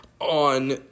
On